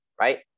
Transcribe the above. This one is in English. right